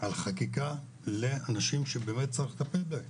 על חקיקה לאנשים שבאמת צריך לטפל בהם.